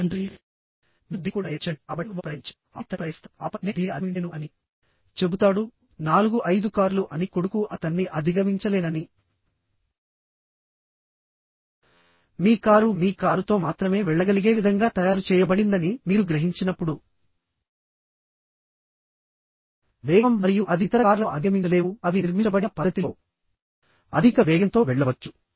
తండ్రీ మీరు దీన్ని కూడా ప్రయత్నించండి కాబట్టి వారు ప్రయత్నించారు ఆపై తండ్రి ప్రయత్నిస్తాడు ఆపై నేను దీనిని అధిగమించలేను అని చెబుతాడు నాలుగు ఐదు కార్లు అని కొడుకు అతన్ని అధిగమించలేనని మీ కారు మీ కారుతో మాత్రమే వెళ్ళగలిగే విధంగా తయారు చేయబడిందని మీరు గ్రహించినప్పుడు వేగం మరియు అది ఇతర కార్లను అధిగమించలేవు అవి నిర్మించబడిన పద్ధతిలో అధిక వేగంతో వెళ్లవచ్చు